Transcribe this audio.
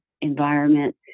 environment